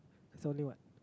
it's only what